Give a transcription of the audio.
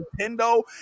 Nintendo